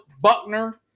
Buckner